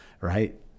right